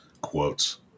quotes